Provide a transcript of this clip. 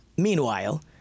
Meanwhile